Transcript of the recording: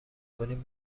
کنیم